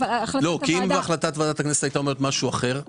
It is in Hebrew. אם החלטת ועדת הכנסת הייתה משהו אחר, אז מה?